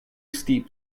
steep